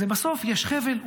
בסוף יש חבל.